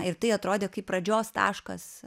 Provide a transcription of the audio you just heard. ir tai atrodė kaip pradžios taškas